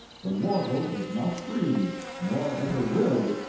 the mortal does not breathe, nor ever will,